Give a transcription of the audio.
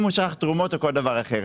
אם הוא שכח תרומות או כל דבר אחר.